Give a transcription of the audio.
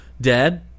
Dad